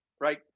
right